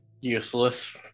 useless